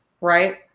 Right